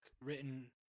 written